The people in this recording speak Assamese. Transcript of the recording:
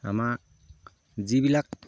আমাৰ যিবিলাক